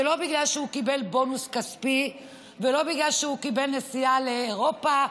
ולא בגלל שהוא קיבל בונוס כספי ולא בגלל שהוא קיבל נסיעה לאירופה,